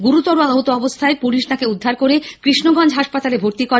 গুরুতর আহত অবস্থায় পুলিশ তাঁকে উদ্ধার করে কৃষ্ণগঞ্জ হাসপাতালে ভর্তি করে